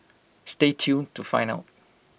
stay tuned to find out